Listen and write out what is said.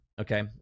okay